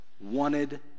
wanted